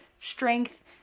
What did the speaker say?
strength